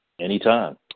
Anytime